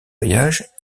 voyage